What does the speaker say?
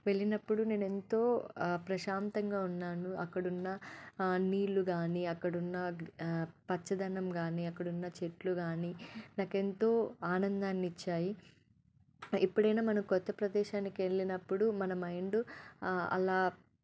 వెళ్ళినప్పుడు నేనెంతో ప్రశాంతంగా ఉన్నాను అక్కడున్న నీళ్ళు కాని అక్కడున్న గీ పచ్చదనం కాని అక్కడున్న చెట్లు కాని నాకెంతో ఆనందాన్నిచ్చాయి ఎప్పుడైనా మనం కొత్త ప్రదేశానికి వెళ్ళినప్పుడు మన మైండు అలా